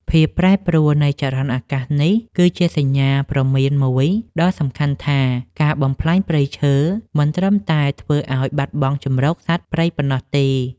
ភាពប្រែប្រួលនៃចរន្តអាកាសនេះ គឺជាសញ្ញាព្រមានមួយដ៏សំខាន់ថា ការបំផ្លាញព្រៃឈើមិនត្រឹមតែធ្វើឱ្យបាត់បង់ជម្រកសត្វព្រៃប៉ុណ្ណោះទេ។